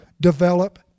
develop